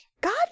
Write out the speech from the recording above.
God